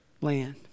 land